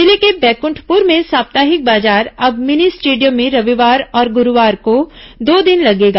जिले के बैकुंठपुर में साप्ताहिक बाजार अब मिनी स्टेडियम में रविवार और गुरूवार को दो दिन लगेगा